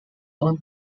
own